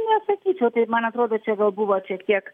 nesakyčiau taip man atrodo čia gal buvo šiek tiek